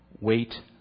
wait